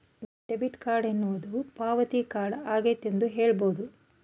debit card ಎನ್ನುವುದು ಪಾವತಿ card ಆಗೈತೆ ಎಂದು ಹೇಳಬಹುದು